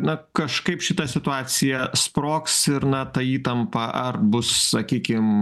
na kažkaip šita situacija sprogs ir na ta įtampa ar bus sakykim